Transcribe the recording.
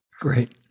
great